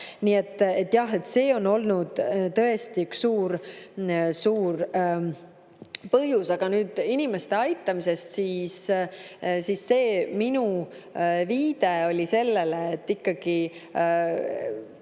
Nii et see on olnud tõesti üks suur põhjus. Aga nüüd inimeste aitamisest. Minu viide oli sellele, et ikkagi